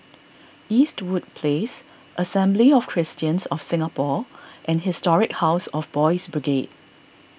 Eastwood Place Assembly of Christians of Singapore and Historic House of Boys' Brigade